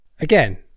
again